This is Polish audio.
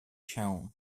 się